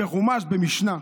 בחומש, במשנה.